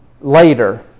later